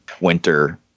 winter